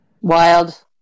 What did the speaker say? Wild